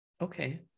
Okay